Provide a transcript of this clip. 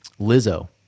Lizzo